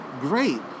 great